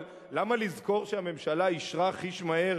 אבל למה לזכור שהממשלה אישרה חיש מהר